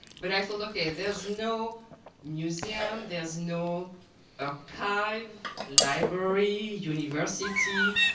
but i thought, okay, there's no museum, there's no archive, library, university,